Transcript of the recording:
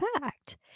fact